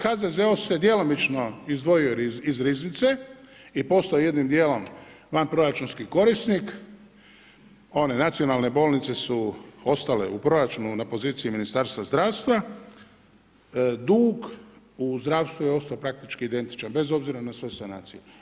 HZZO se djelomično izdvojio iz riznice i postao jednim dijelom vanproračunski korisnik, one nacionalne bolnice su ostale u proračunu na poziciji Ministarstva zdravstva, dug u zdravstvu je ostao praktički identičan, bez obzira na sve sanacije.